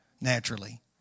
naturally